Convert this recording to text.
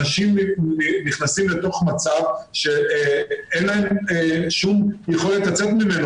אנשים נכנסים לתוך מצב שאין להם שום יכולת לצאת ממנו